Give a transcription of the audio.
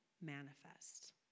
manifest